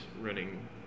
running